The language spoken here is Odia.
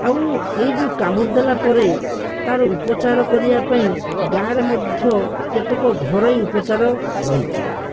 ଆଉ ଏହି ଯେଉଁ କାମୁଡ଼ିଦେଲା ପରେ ତାର ଉପଚାର କରିବା ପାଇଁ ଗାଁରେ ମଧ୍ୟ କେତେକ ଘରୋଇ ଉପଚାର ରହିଛି